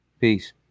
peace